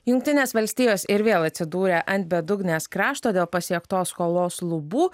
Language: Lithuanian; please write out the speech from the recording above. jungtinės valstijos ir vėl atsidūrė ant bedugnės krašto dėl pasiektos skolos lubų